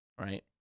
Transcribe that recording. right